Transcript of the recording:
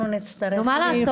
נו, מה לעשות?